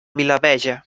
vilavella